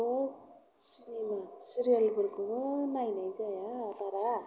आंथ' सिरियेलफोरखौनो नायनाय जाया बारा